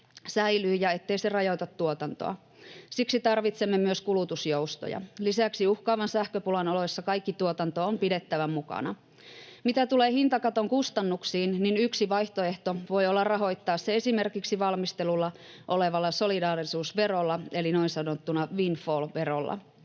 säilyy ja ettei se rajoita tuotantoa. Siksi tarvitsemme myös kulutusjoustoja. Lisäksi uhkaavan sähköpulan oloissa kaikki tuotanto on pidettävä mukana. Mitä tulee hintakaton kustannuksiin, niin yksi vaihtoehto voi olla rahoittaa se esimerkiksi valmistelussa olevalla solidaarisuusverolla eli noin sanottuna windfall-verolla.